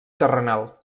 terrenal